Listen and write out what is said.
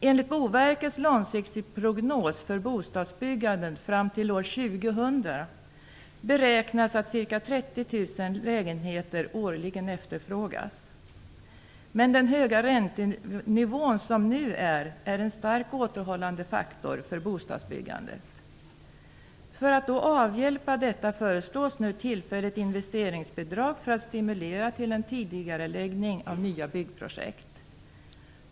Enligt Boverkets långsiktsprognos för bostadsbyggandet fram till år 2000 beräknas att ca 30 000 lägenheter årligen efterfrågas. Den nuvarande höga räntenivån är dock en starkt återhållande faktor för bostadsbyggandet. För att avhjälpa detta föreslås nu ett tillfälligt investeringsbidrag som skall stimulera till en tidigareläggning av nya byggprojekt.